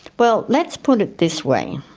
well, let's put it this way,